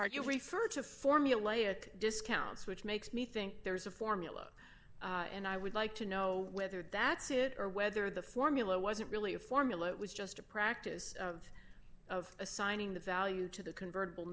argue refer to formulae at discounts which makes me think there's a formula and i would like to know whether that's it or whether the formula wasn't really a formula it was just a practice of assigning the value to the convertible